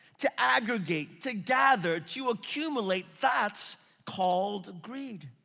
to aggregate, to gather, to accumulate. that's called greed.